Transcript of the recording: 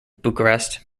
bucharest